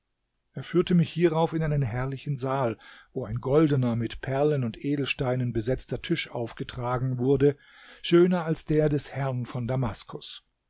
er führte mich hierauf in einen herrlichen saal wo ein goldener mit perlen und edelsteinen besetzter tisch aufgetragen wurde schöner als der des herrn von damaskus